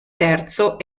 terzo